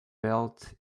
belt